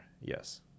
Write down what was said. Yes